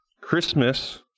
Christmas